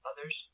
others